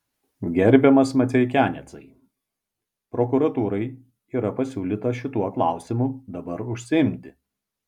gerbiamas maceikianecai prokuratūrai yra pasiūlyta šituo klausimu dabar užsiimti